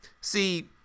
See